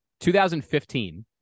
2015